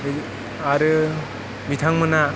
आरो बिथांमोना